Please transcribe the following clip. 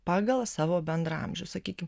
pagal savo bendraamžius sakykim